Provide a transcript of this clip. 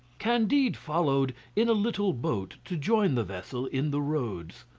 candide followed in a little boat to join the vessel in the roads.